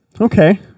Okay